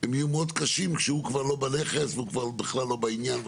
הם יהיו מאוד קשים כשהוא כבר לא בנכס ובכלל לא בעניין,